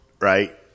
right